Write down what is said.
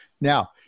now